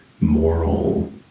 moral